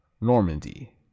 Normandy